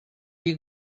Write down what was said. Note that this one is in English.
you